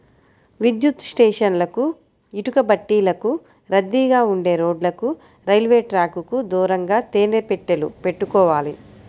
విద్యుత్ స్టేషన్లకు, ఇటుకబట్టీలకు, రద్దీగా ఉండే రోడ్లకు, రైల్వే ట్రాకుకు దూరంగా తేనె పెట్టెలు పెట్టుకోవాలి